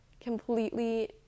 completely